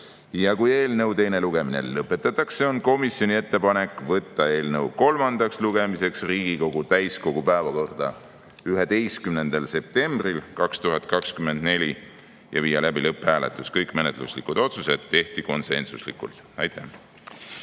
Ja kui eelnõu teine lugemine lõpetatakse, on komisjonil ettepanek võtta eelnõu kolmandaks lugemiseks Riigikogu täiskogu päevakorda 11. septembril 2024 ja viia läbi lõpphääletus. Kõik menetluslikud otsused tehti konsensuslikult. Aitäh!